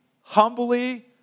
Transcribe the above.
humbly